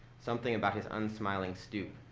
something about his unsmiling stoop,